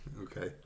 okay